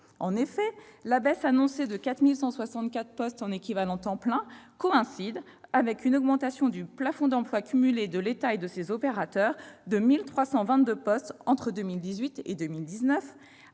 En effet, la baisse annoncée de 4 164 postes en équivalents temps plein coïncide avec une augmentation du plafond d'emplois cumulé de l'État et de ses opérateurs de 1 322 postes entre 2018 et 2019.